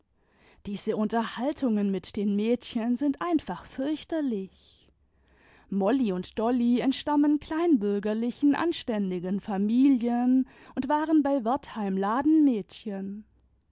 diese unterhaltungen mit den mädchen sind einfach fürchterlich mouy und dolly entstammen kleinbürgerlichen anständigen familien und waren bei wertheim